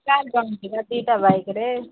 ଚାର୍ ଜଣ ଯିବା ଦୁଇଟା ବାଇକ୍ରେ